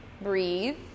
breathe